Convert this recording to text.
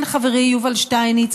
כן, חברי, יובל שטייניץ,